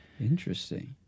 Interesting